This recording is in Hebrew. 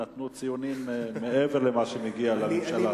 נתנו ציונים מעבר למה שמגיע לממשלה הזאת.